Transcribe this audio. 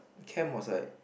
Chem was like